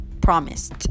promised